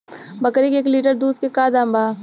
बकरी के एक लीटर दूध के का दाम बा?